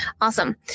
Awesome